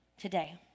today